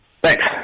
Thanks